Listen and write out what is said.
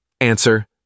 Answer